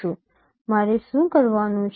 મારે શું કરવાનું છે